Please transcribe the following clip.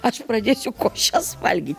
aš pradėsiu košes valgyt